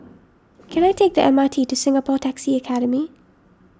can I take the M R T to Singapore Taxi Academy